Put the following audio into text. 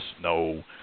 no